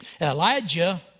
Elijah